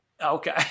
Okay